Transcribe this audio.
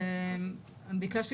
ברשותך,